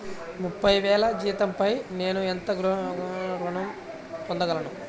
ముప్పై వేల జీతంపై నేను ఎంత గృహ ఋణం పొందగలను?